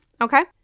Okay